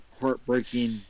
heartbreaking